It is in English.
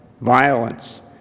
violence